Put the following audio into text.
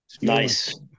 nice